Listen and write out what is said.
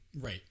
right